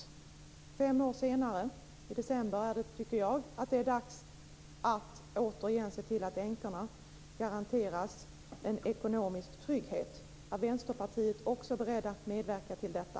I dag, fem år senare, tycker jag att det är dags att se till att änkorna återigen garanteras en ekonomisk trygghet. Är Vänsterpartiet berett att medverka till detta?